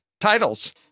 Titles